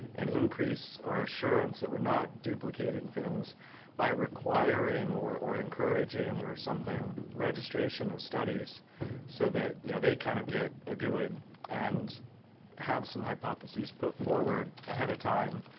and increase our assurance that we're not duplicating things by requiring or or encouraging or something registration of studies so you know they kind of get a good and have some hypotheses put forward ahead of time,